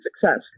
success